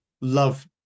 love